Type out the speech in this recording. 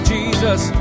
Jesus